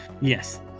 Yes